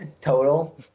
Total